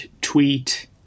tweet